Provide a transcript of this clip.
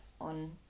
on